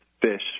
fish